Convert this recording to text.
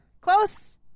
Close